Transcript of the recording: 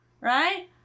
Right